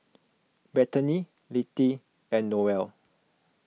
Bethany Littie and Noelle